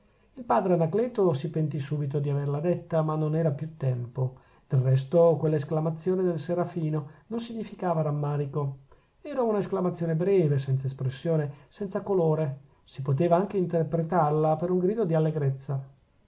il padre anacleto si pentì subito di averla detta ma non era più tempo del resto quella esclamazione del serafino non significava rammarico era una esclamazione breve senza espressione senza colore si poteva anche interpretarla per un grido di